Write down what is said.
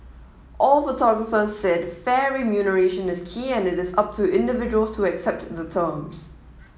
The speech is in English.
all photographers said fair remuneration is key and it is up to individuals to accept the terms